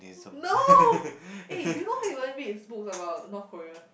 no eh do you know Hui-Wen reads books about North Korea